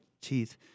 teeth